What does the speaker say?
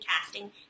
casting